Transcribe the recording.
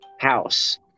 house